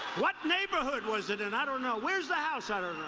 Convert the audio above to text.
what neighborhood was it? and i don't know where's the outsider?